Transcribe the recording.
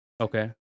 okay